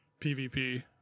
PvP